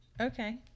okay